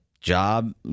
job